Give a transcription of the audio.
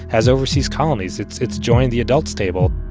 has overseas colonies. it's it's joined the adults table.